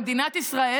במדינת ישראל,